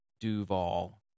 Duval